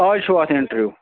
اَز چھُو اَتھ اِنٹَروِیو